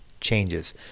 changes